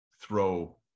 throw